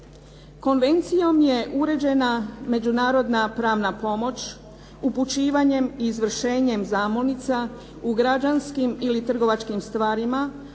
Konvencijom je uređena međunarodna pravna pomoć upućivanjem i izvršenjem zamolnica u građanskim ili trgovačkim stvarima